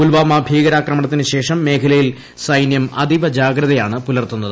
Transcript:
പുൽവാമ ഭീകരാക്രമണത്തിനുശേഷം മേഖലയിൽ സൈന്യം അതീവ ജാഗ്രതയാണ് പുലർത്തുന്നത്